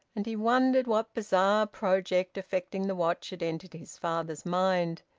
and he wondered what bizarre project affecting the watch had entered his father's mind.